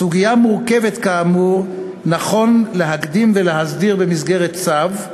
סוגיה מורכבת כאמור נכון להקדים ולהסדיר במסגרת צו,